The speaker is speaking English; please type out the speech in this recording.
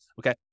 okay